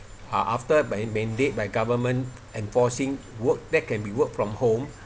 uh after mandate by government enforcing work that can be work from home